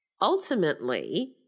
ultimately